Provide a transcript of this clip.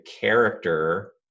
character